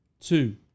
Two